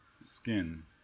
Skin